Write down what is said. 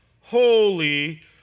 holy